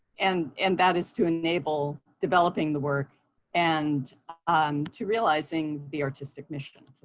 and and that is to enable developing the work and um to realizing the artistic mission